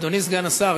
אדוני סגן השר,